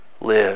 live